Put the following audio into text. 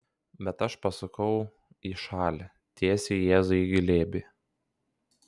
bet aš pasukau į šalį tiesiai jėzui į glėbį